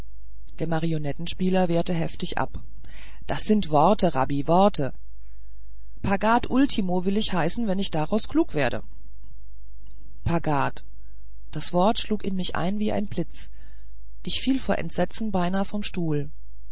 der marionettenspieler wehrte heftig ab das sind worte rabbi worte pagad ultimo will ich heißen wenn ich daraus klug werde pagad das wort schlug in mich ein wie der blitz ich fiel vor entsetzen beinahe vom stuhl